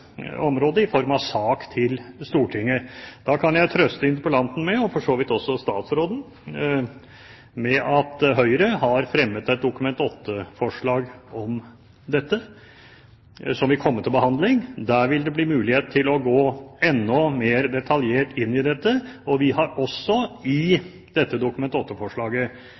til Stortinget. Da kan jeg trøste interpellanten med, og for så vidt også statsråden, at Høyre har fremmet et Dokument 8-forslag om dette, som vil komme til behandling. Da vil det bli mulig å gå enda mer detaljert inn i dette. Vi har også i dette Dokument